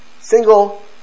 single